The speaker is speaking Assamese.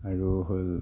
আৰু হ'ল